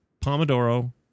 Pomodoro